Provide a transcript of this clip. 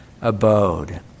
abode